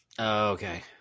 Okay